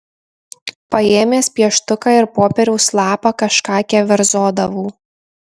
paėmęs pieštuką ir popieriaus lapą kažką keverzodavau